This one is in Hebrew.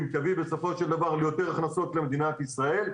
תביא בסופו של דבר ליותר הכנסות למדינת ישראל,